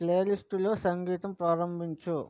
play లిస్టులో సంగీతం ప్రారంభించు